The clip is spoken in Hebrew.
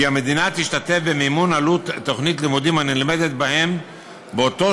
כי המדינה תשתתף במימון עלות תוכנית לימודים הנלמדת בהם באותו